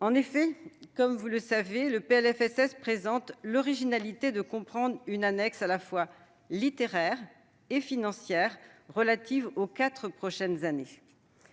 En effet, comme vous le savez, le PLFSS présente l'originalité de comprendre une annexe à la fois « littéraire » et financière relative aux quatre prochaines années,